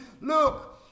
look